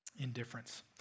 Indifference